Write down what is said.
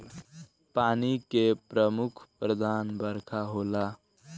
पानी के प्रमुख साधन बरखा होला